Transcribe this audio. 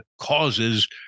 causes